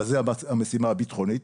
אבל זה המשימה הביטחונית.